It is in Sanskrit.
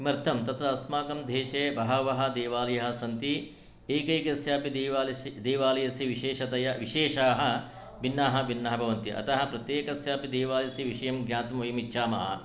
किमर्थं तत्र अस्माकं देशे बहवः देवालयाः सन्ति एकैकस्य अपि देवालयस्य विशेषतया विशेषाः भिन्नाः भिन्नाः भवन्ति अतः प्रत्येकस्य अपि देवालयस्य विषयं ज्ञातुं वयम् इच्छामः